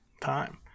time